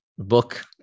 book